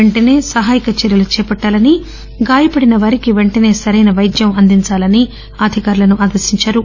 పెంటనే సహాయక చర్యలు చేపట్టాలని గాయపడిన వారికి పెంటనే సరైన వైద్యం అందిందాలని అధికారులను ఆదేశిందారు